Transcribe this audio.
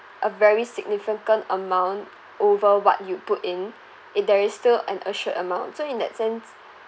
a very significant amount over what you put in it there is still an assured amount so in that sense